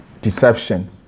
deception